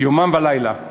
יומם ולילה.